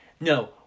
no